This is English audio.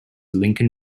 lincoln